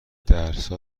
درسا